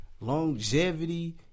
longevity